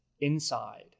inside